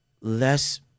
less